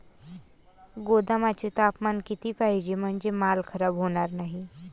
गोदामाचे तापमान किती पाहिजे? म्हणजे माल खराब होणार नाही?